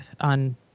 on